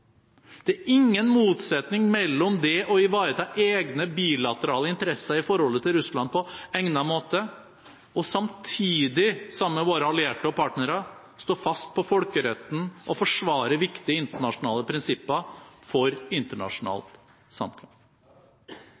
Det er ingen motsetning mellom å ivareta egne, bilaterale interesser i forholdet til Russland på egnet måte og samtidig – sammen med våre allierte og partnere – stå fast på folkeretten og forsvare viktige internasjonale prinsipper for internasjonalt